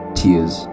tears